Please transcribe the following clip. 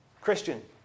Christian